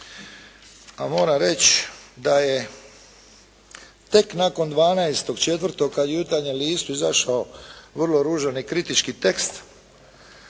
a moram reći da je tek nakon 12.4. kad je u "Jutarnjem listu" izašao vrlo ružan kritički tekst